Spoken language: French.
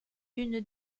une